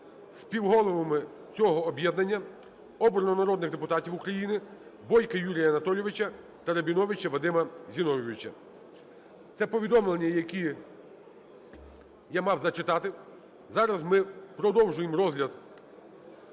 Співголовами цього об'єднання обрано народних депутатів України Бойка Юрія Анатолійовича та Рабіновича Вадима Зіновійовича. Це повідомлення, які я мав зачитати. Зараз ми продовжуємо розгляд